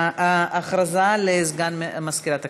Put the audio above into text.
הודעה לסגן מזכירת הכנסת.